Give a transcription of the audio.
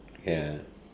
ya